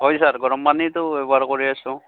হয় ছাৰ গৰমপানীয়েতো ব্যৱহাৰ কৰি আছোঁ